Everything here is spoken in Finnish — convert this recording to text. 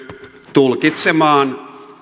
tulkitsemaan